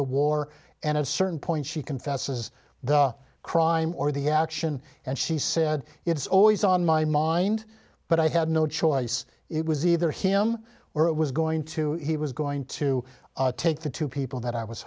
the war and a certain point she confesses the crime or the action and she said it's always on my mind but i had no choice it was either him or it was going to he was going to take the two people that i was